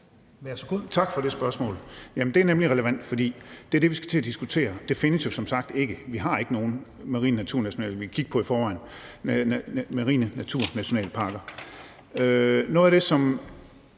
Tak for det spørgsmål. Det er nemlig relevant, for det er det, vi skal til at diskutere. De findes jo som sagt ikke. Vi har ikke nogen marine naturnationalparker i forvejen, som vi kan kigge på. Noget af det, som